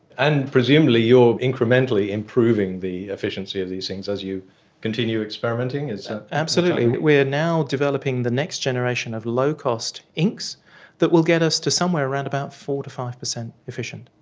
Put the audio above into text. and presumably you are incrementally improving the efficiency of these things as you continue experimenting? ah absolutely, we are now developing the next generation of low-cost inks that will get us to somewhere around about four to five percent efficient,